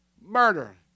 murder